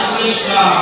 Krishna